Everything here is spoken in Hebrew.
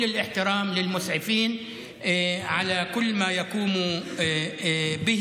(אומר בערבית: כל הכבוד לפרמדיקים על מה שהם עושים.